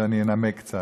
ואני אנמק קצת.